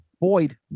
Boyd